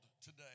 today